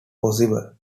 possible